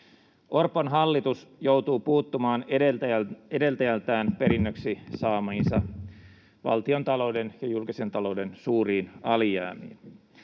Orpon hallitus joutuu puuttumaan edeltäjältään perinnöksi saamiinsa valtiontalouden ja julkisen talouden suuriin alijäämiin.